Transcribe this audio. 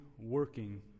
Working